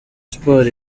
sports